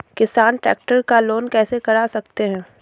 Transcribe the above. किसान ट्रैक्टर का लोन कैसे करा सकता है?